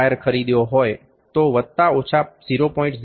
wire ખરીદ્યો હોય તો વત્તા ઓછા 0